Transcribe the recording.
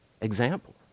example